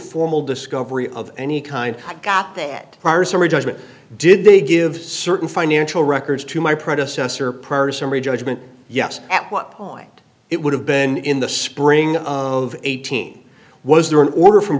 formal discovery of any kind i got that for summary judgment did they give certain financial records to my predecessor personally judgment yes at what point it would have been in the spring of eighteen was there an order from